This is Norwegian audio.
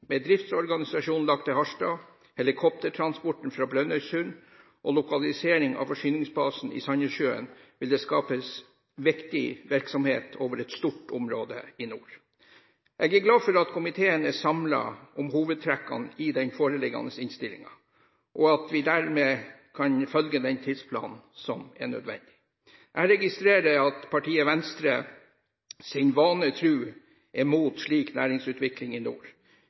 Med driftsorganisasjonen lagt til Harstad, helikoptertransporten fra Brønnøysund og lokalisering av forsyningsbasen i Sandnessjøen vil det skapes viktig virksomhet over et stort område i nord. Jeg er glad for at komiteen er samlet om hovedtrekkene i den foreliggende innstillingen, og at vi dermed kan følge den tidsplanen som er nødvendig. Jeg registrerer at partiet Venstre – sin vane tro – er imot slik næringsutvikling i nord.